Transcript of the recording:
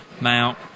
mount